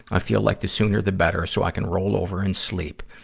i feel like the sooner, the better, so i can roll over and sleep.